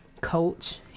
coach